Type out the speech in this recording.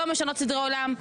לא משנות סדרי עולם,